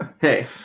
Hey